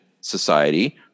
Society